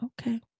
Okay